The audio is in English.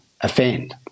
offend